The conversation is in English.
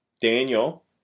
Daniel